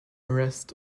arrest